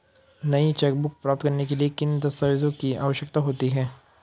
नई चेकबुक प्राप्त करने के लिए किन दस्तावेज़ों की आवश्यकता होती है?